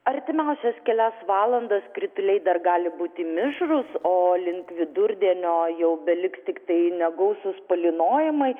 artimiausias kelias valandas krituliai dar gali būti mišrūs o link vidurdienio jau beliks tiktai negausūs palynojimai